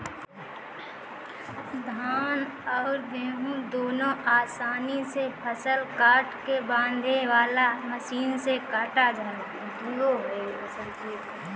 धान अउर गेंहू दुनों आसानी से फसल काट के बांधे वाला मशीन से कटा जाला